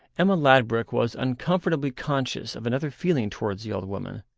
emma ladbruk was uncomfortably conscious of another feeling towards the old woman.